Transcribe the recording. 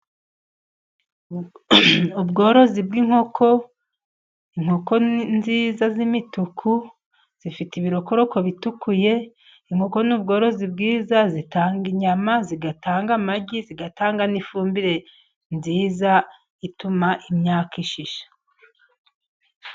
Ubworozi bw'inkoko, inkoko nziza z'imituku zifite ibirokoroko bitukuye. Inkoko ni ubworozi bwiza zitanga inyama, zitanga amagi, zitanga n'ifumbire nziza ituma imyaka ishisha